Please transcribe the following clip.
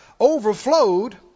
overflowed